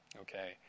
Okay